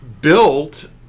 built